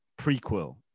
prequel